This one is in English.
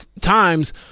times